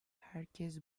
herkes